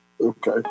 okay